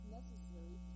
necessary